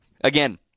again